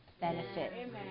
benefit